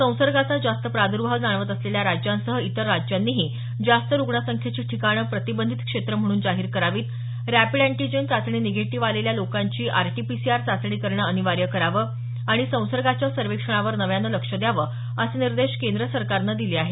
संसर्गाचा जास्त प्राद्र्भाव जाणवत असलेल्या राज्यांसह इतर राज्यांनीही जास्त रुग्णसंख्येची ठिकाणं प्रतिबंधित क्षेत्रं म्हणून जाहीर करावीत रॅपिड अँटिजेन चाचणी निगेटिव्ह आलेल्या लोकांची आरटी पीसीआर चाचणी करणं अनिवार्य करावं आणि संसर्गाच्या सर्वेक्षणावर नव्यानं लक्ष द्यावं असे निर्देश केंद्र सरकारनं दिले आहेत